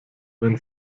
wenn